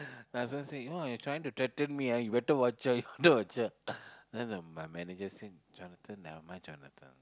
the husband say !wah! you trying to threaten me ah you better watch out you better watch out then the my manager say Jonathan nevermind Jonathan